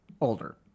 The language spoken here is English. older